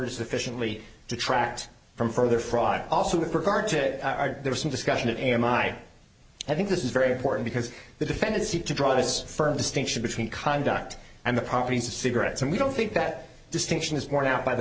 are sufficiently detract from further fraud also with regard to there is some discussion of am i i think this is very important because the defendant seek to draw this firm distinction between conduct and the properties of cigarettes and we don't think that distinction is borne out by the